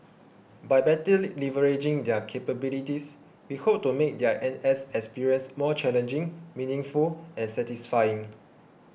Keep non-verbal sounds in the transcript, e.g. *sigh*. by better *noise* leveraging their capabilities we hope to make their N S experience more challenging meaningful and satisfying